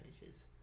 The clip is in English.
pages